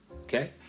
Okay